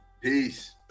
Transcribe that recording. Peace